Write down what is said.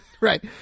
Right